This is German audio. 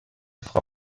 frau